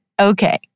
Okay